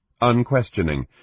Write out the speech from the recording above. unquestioning